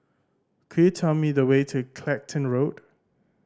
could you tell me the way to Clacton Road